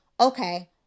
okay